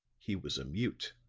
he was a mute.